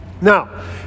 Now